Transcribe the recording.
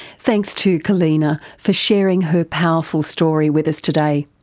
thanks to kallena for sharing her powerful story with us today.